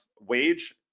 wage